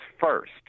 first